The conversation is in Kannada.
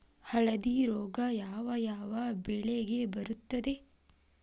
ಹಳದಿ ರೋಗ ಯಾವ ಯಾವ ಬೆಳೆಗೆ ಬರುತ್ತದೆ?